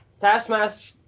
Taskmaster